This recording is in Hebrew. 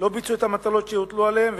ולא ביצעו את המטלות שהוטלו עליהם,